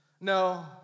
No